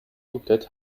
komplett